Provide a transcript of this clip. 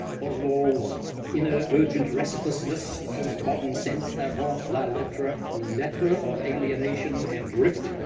boswell's inner urgent restlessness a post-modern sense avant la lettre ah lettre of alienation and drift,